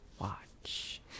watch